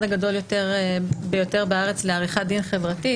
הגדול ביותר בארץ לעריכת דין חברתית,